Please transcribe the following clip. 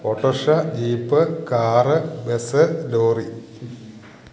autorickshaw jeep car bus lorry